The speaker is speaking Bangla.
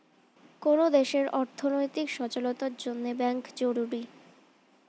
কোন দেশের অর্থনৈতিক সচলতার জন্যে ব্যাঙ্ক জরুরি